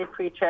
PreCheck